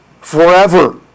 forever